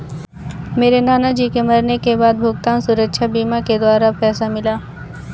मेरे नाना जी के मरने के बाद भुगतान सुरक्षा बीमा के द्वारा पैसा मिला